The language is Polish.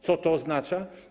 Co to oznacza?